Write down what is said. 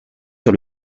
sur